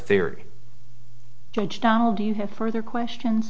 theory do you have further questions